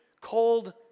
cold